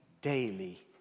daily